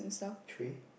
tray